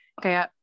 Okay